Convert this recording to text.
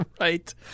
Right